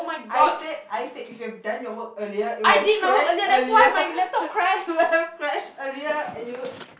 I said I said if you have done your work earlier it will have crashed earlier and it will have crashed earlier and you